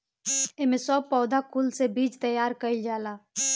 एमे सब पौधा कुल से बीज तैयार कइल जाला